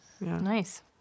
Nice